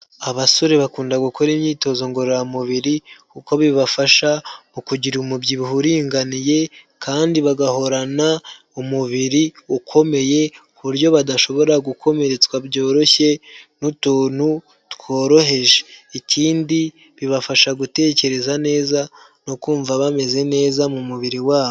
Abasore bakunda gukora imyitozo ngororamubiri kuko bibafasha mu kugira umubyibuho uringaniye kandi bagahorana umubiri ukomeye ku buryo badashobora gukomeretswa byoroshye n'utuntu tworoheje, ikindi bibafasha gutekereza neza no kumva bameze neza mu mubiri wabo.